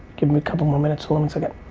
give me a couple more minutes. hold and so yeah